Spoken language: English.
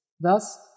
Thus